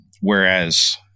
Whereas